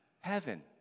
heaven